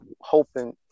hoping